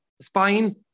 spine